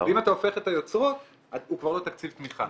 אם אתה הופך את היוצרות הוא כבר לא תקציב תמיכה.